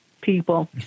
people